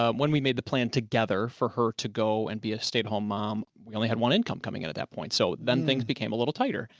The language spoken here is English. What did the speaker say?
um when we made the plan together for her to go and be a stay at home mom. we only had one income coming in at that point, so then things became a little tighter.